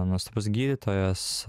nuostabus gydytojas